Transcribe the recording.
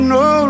no